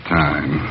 time